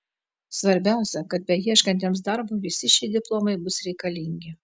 svarbiausia kad beieškantiems darbo visi šie diplomai bus reikalingi